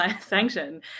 sanction